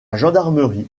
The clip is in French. gendarmerie